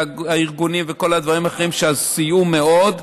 הארגונים וכל הדברים האחרים שסייעו מאוד.